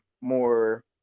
more